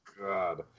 God